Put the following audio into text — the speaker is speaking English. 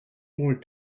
more